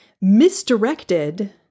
misdirected